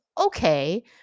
okay